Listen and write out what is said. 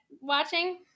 watching